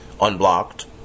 unblocked